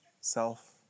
self